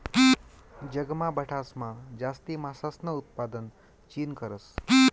जगमा बठासमा जास्ती मासासनं उतपादन चीन करस